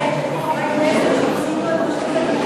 אני אומרת שיש חברי כנסת,